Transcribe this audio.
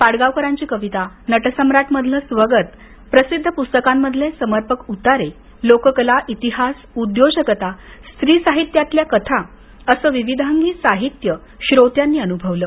पाडगावकरांची कविता नटसम्राट मधील स्वगत सुप्रसिद्ध पुस्तकांमधले समर्पक उतारे लोककला इतिहास उद्योजकता स्त्रीसाहित्यातील कथा असं विविधांगी साहित्य श्रोत्यांनी अनुभवलं